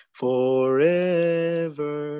forever